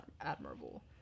admirable